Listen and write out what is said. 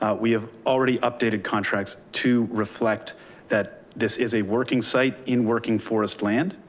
ah we have already updated contracts to reflect that this is a working site in working forest land.